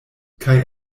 kaj